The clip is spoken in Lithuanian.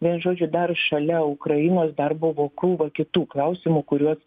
vienu žodžiu dar šalia ukrainos dar buvo krūva kitų klausimų kuriuos